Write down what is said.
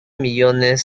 millones